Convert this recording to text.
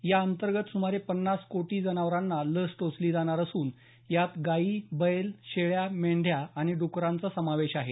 या अंतर्गत सुमारे पन्नास कोटी जनावरांना लस टोचली जाणार असुन यात गायी बैल शेळ्या मेंढ्या डुक्करांचा समावेश आहे